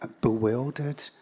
Bewildered